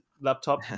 laptop